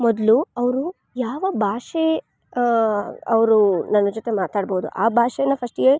ಮೊದಲು ಅವರು ಯಾವ ಭಾಷೆ ಅವರು ನನ್ನ ಜೊತೆ ಮಾತಾಡ್ಬೌದು ಆ ಭಾಷೆ ಫಸ್ಟ್ಗೆ